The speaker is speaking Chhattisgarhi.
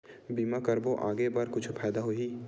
बीमा करबो आगे बर कुछु फ़ायदा होही?